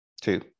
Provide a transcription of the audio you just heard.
two